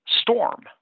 storm